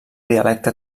dialecte